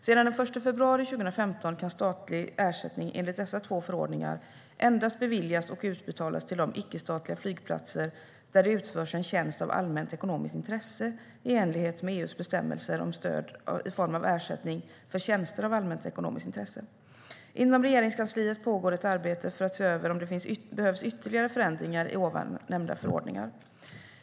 Sedan den 1 februari 2015 kan statlig ersättning enligt dessa två förordningar endast beviljas och utbetalas till de icke-statliga flygplatser där det utförs en tjänst av allmänt ekonomiskt intresse i enlighet med EU:s bestämmelser om stöd i form av ersättning för tjänster av allmänt ekonomiskt intresse. Inom Regeringskansliet pågår ett arbete för att se över om det behövs ytterligare förändringar i ovan nämnda förordningar.